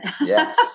Yes